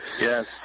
yes